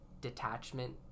detachment